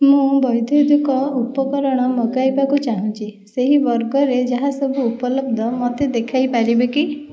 ମୁଁ ବୈଦ୍ୟୁତିକ ଉପକରଣ ମଗାଇବାକୁ ଚାହୁଁଛି ସେହି ବର୍ଗରେ ଯାହା ସବୁ ଉପଲବ୍ଧ ମୋତେ ଦେଖାଇ ପାରିବେ କି